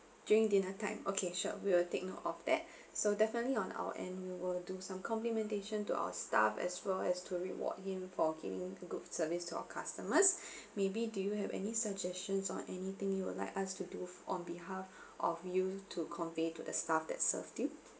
during dinner time okay sure we will take note of that so definitely on our end we will do some complementation to our staff as well as to reward him for giving good service to our customers maybe do you have any suggestions on anything you would like us to do on behalf of you to convey to the staff that served you